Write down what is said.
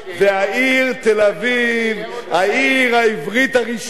והעיר תל-אביב, העיר העברית הראשונה,